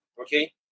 okay